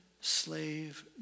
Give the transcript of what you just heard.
slave